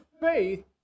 faith